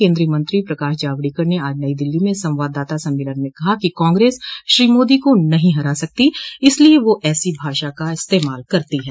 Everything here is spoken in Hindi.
केन्द्रीय मंत्री प्रकाश जावडेकर ने आज नई दिल्ली में संवाददाता सम्मेलन में कहा कि कांग्रेस श्री मोदी को नहीं हरा सकतो इसलिए वह ऐसी भाषा का इस्तेमाल करती है